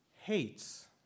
Hates